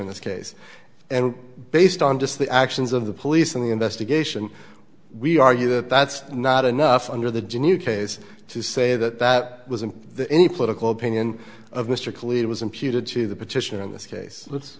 in this case and based on just the actions of the police and the investigation we argue that that's not enough under the geneva case to say that that was in the any political opinion of mr cleaver was imputed to the petitioner in this case let's